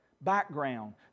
background